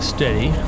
Steady